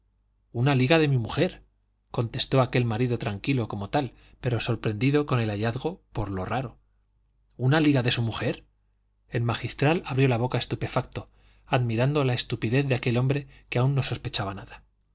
una liga de mi mujer contestó aquel marido tranquilo como tal pero sorprendido con el hallazgo por lo raro una liga de su mujer el magistral abrió la boca estupefacto admirando la estupidez de aquel hombre que aún no sospechaba nada